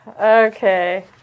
Okay